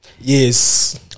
yes